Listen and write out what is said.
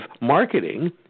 marketing